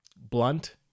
blunt